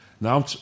Now